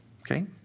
okay